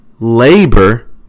labor